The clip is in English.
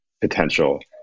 potential